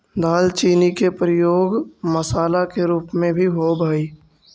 दालचीनी के प्रयोग मसाला के रूप में भी होब हई